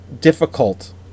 difficult